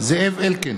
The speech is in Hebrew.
זאב אלקין,